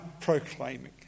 proclaiming